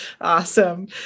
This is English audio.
Awesome